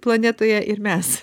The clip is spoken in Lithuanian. planetoje ir mes